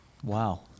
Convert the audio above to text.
Wow